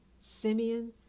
Simeon